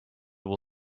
will